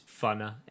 funner